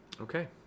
Okay